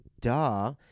duh